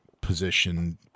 position